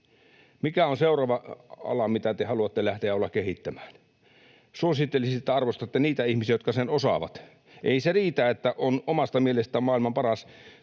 Mikä on seuraava ala, mitä te haluatte lähteä kehittämään? Suosittelisin, että arvostatte niitä ihmisiä, jotka sen osaavat. Ei se riitä, että on omasta mielestään maailman paras.